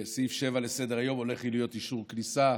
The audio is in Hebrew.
בסעיף 7 לסדר-היום הולך להיות אישור כניסה.